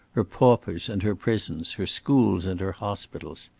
her paupers and her prisons, her schools and her hospitals.